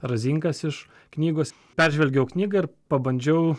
razinkas iš knygos peržvelgiau knygą ir pabandžiau